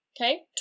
Okay